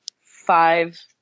five